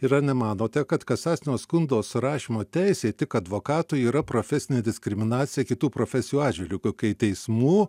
yra ar nemanote kad kasacinio skundo surašymo teisė tik advokatų yra profesinė diskriminacija kitų profesijų atžvilgiu kai teismų